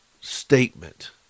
statement